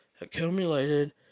Accumulated